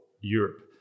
Europe